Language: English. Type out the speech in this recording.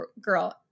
girl